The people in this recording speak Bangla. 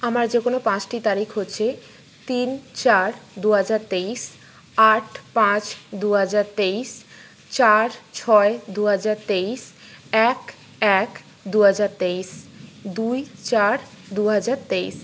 আমার যে কোনো পাঁচটি তারিখ হচ্ছে তিন চার দুহাজার তেইশ আট পাঁচ দুহাজার তেইশ চার ছয় দুহাজার তেইশ এক এক দুহাজার তেইশ দুই চার দুহাজার তেইশ